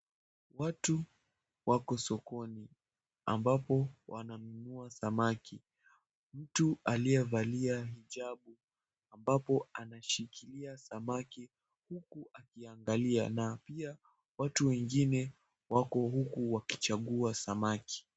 Watu wako sokoni ambapo wananunua samaki. Mtu aliyevalia hijabu ambapo anashikilia samaki huku akiangalia na pia watu wengine wako huku wakichagua samaki.